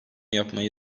yapmayı